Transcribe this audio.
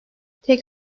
tek